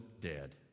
dead